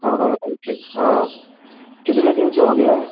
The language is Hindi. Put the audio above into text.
हाँ हाँ बताइए कि हाँ कितने दिन से हो गया है